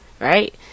right